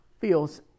feels